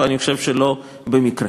ואני חושב שלא במקרה.